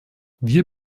wir